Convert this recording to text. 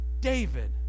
David